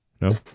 No